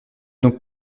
donc